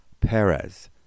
Perez